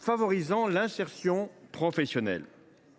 favorisant l’insertion professionnelle.